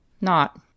Not